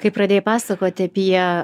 kai pradėjai pasakoti apie